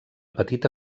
petita